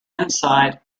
inside